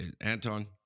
Anton